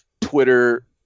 Twitter